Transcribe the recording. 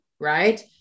right